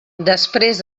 després